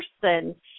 person